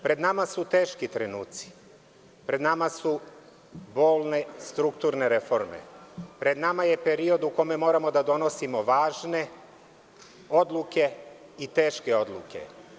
Pred nama su teški trenuci, pred nama su bolne strukturne reforme, pred nama je period u kome moramo da donosimo važne odluke i teške odluke.